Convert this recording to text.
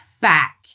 back